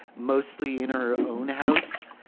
mostly in her own house.